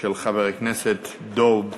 של חבר הכנסת דב ליפמן.